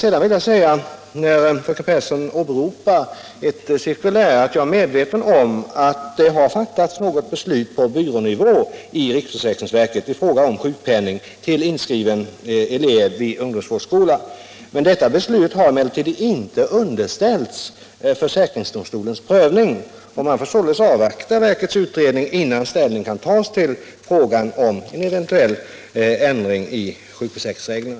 Jag vill med anledning av att fröken Pehrsson åberopar ett cirkulär framhålla att jag är medveten om att det har fattats ett beslut på byrånivå inom riksförsäkringsverket, som gäller sjukpenning till vid ungdomsvårdsskola inskriven elev. Detta beslut har emellertid inte underställts försäkringsdomstolens prövning. Man får således avvakta verkets utredning innan ställning kan tas till frågan om en eventuell ändring i sjukförsäkringsreglerna.